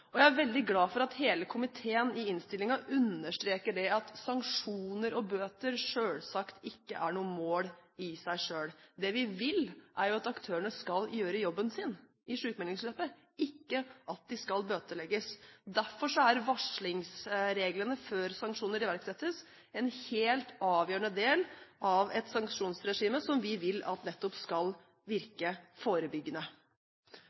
Jeg er veldig glad for at hele komiteen i innstillingen understreker at sanksjoner og bøter selvsagt ikke er noe mål i seg selv. Det vi vil, er at aktørene skal gjøre jobben sin i sykmeldingsløpet, ikke at de skal bøtelegges. Derfor er varslingsreglene før sanksjoner iverksettes, en helt avgjørende del av et sanksjonsregime som vi vil at nettopp skal